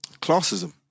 classism